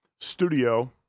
studio